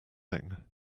thing